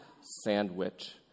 sandwich